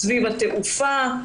סביב התעופה.